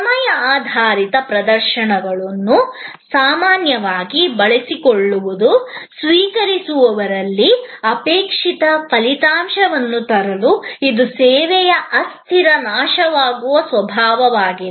ಸಮಯ ಆಧಾರಿತ ಪ್ರದರ್ಶನಗಳನ್ನು ಸಾಮಾನ್ಯವಾಗಿ ಬಳಸಿಕೊಳ್ಳುವುದು ಸ್ವೀಕರಿಸುವವರಲ್ಲಿ ಅಪೇಕ್ಷಿತ ಫಲಿತಾಂಶಗಳನ್ನು ತರಲು ಇದು ಸೇವೆಯ ಅಸ್ಥಿರ ನಾಶವಾಗುವ ಸ್ವಭಾವವಾಗಿದೆ